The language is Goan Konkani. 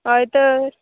हय तर